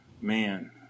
Man